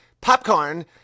Popcorn